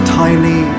tiny